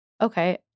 okay